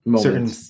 certain